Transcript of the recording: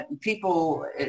People